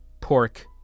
pork